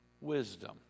wisdom